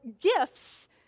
gifts